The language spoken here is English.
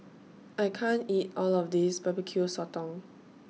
I can't eat All of This Barbecue Sotong